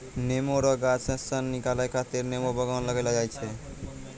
नेमो रो गाछ से सन निकालै खातीर नेमो बगान लगैलो जाय छै